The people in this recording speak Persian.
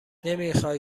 نمیخای